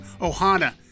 ohana